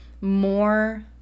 more